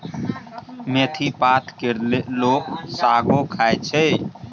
मेथी पात केर लोक सागो खाइ छै